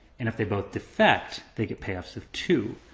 and if they both defect, they get payoffs of two.